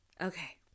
Okay